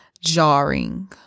jarring